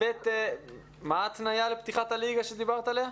מה התניה לפתיחת הליגה שדיברת עליה?